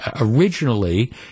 originally